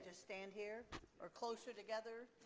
ah stand here or closer together.